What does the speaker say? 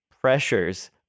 pressures